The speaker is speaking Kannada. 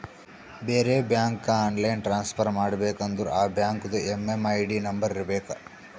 ಬೇರೆ ಬ್ಯಾಂಕ್ಗ ಆನ್ಲೈನ್ ಟ್ರಾನ್ಸಫರ್ ಮಾಡಬೇಕ ಅಂದುರ್ ಆ ಬ್ಯಾಂಕ್ದು ಎಮ್.ಎಮ್.ಐ.ಡಿ ನಂಬರ್ ಇರಬೇಕ